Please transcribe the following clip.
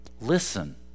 Listen